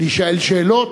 להישאל שאלות,